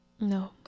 No